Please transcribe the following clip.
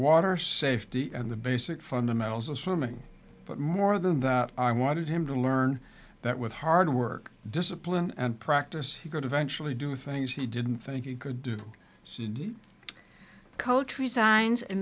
water safety and the basic fundamentals of swimming but more than that i wanted him to learn that with hard work discipline and practice go to eventually do things he didn't think he could do coach resign